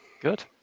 good